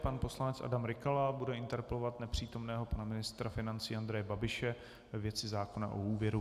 Pan poslanec Adam Rykala bude interpelovat nepřítomného pana ministra financí Andreje Babiše ve věci zákona o úvěru.